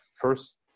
first